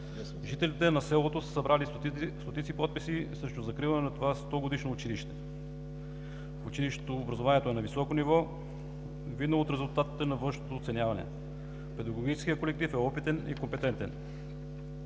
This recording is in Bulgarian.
Жителите на селото са събрали стотици подписи срещу закриването на това стогодишно училище. В училището образованието е на високо ниво, видно от резултатите на външното оценяване. Педагогическият колектив е опитен и компетентен.